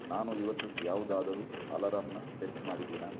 ನಾನು ಇವತ್ತು ಯಾವುದಾದರೂ ಅಲಾರಾಂನ ಸೆಟ್ ಮಾಡಿದೀನಾ